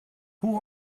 who